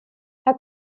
herr